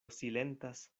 silentas